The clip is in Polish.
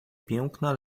piękna